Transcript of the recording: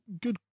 good